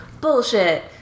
bullshit